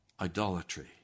idolatry